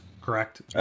correct